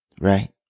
Right